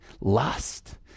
Lust